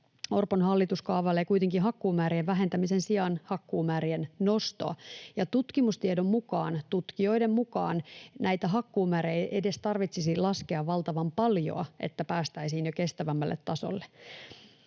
Orpon hallitus kaavailee kuitenkin hakumäärien vähentämisen sijaan hakkuumäärien nostoa. Ja tutkimustiedon mukaan, tutkijoiden mukaan, näitä hakkuumääriä ei edes tarvitsisi laskea valtavan paljoa, että päästäisiin jo kestävämmälle tasolle.